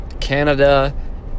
Canada